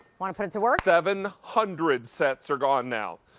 want to put it to work? seven hundred sets are gone now.